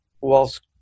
whilst